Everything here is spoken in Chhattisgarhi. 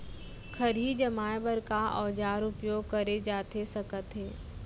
खरही जमाए बर का औजार उपयोग करे जाथे सकत हे?